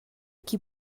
qui